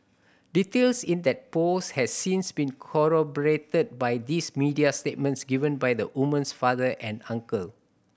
details in that post has since been corroborated by these media statements given by the woman's father and uncle